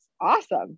awesome